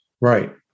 Right